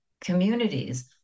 communities